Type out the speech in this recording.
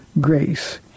grace